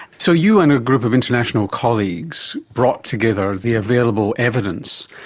so you and a group of international colleagues brought together the available evidence.